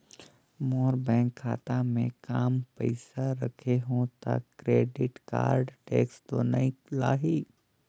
मोर bank खाता मे काम पइसा रखे हो तो क्रेडिट कारड टेक्स तो नइ लाही???